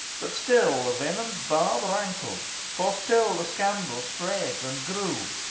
but still the venomed barb rankled, for still the scandal spread and grew.